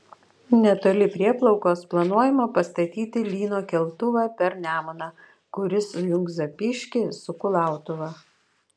netoli prieplaukos planuojama pastatyti lyno keltuvą per nemuną kuris sujungs zapyškį su kulautuva